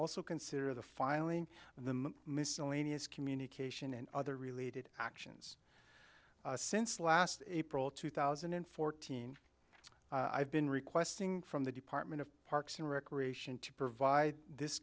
also consider the filing and the miscellaneous communication and other related actions since last april two thousand and fourteen i've been requesting from the department of parks and recreation to provide this